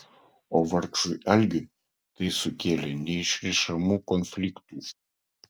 o vargšui algiui tai sukėlė neišrišamų konfliktų